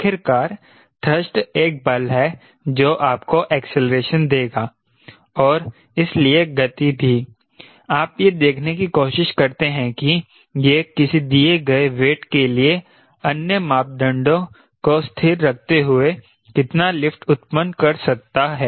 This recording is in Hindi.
आखिरकार थ्रस्ट एक बल है जो आपको ऐक्सेलरेशन देगा और इसलिए गति भी आप यह देखने की कोशिश करते हैं कि यह किसी दिए गए वेट के लिए अन्य मापदंडों को स्थिर रखते हुए कितना लिफ्ट उत्पन्न कर सकता है